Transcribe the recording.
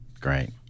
Great